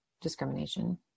discrimination